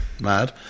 Mad